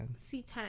c10